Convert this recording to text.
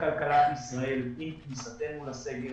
לכלכלת ישראל עם כניסתנו לסגר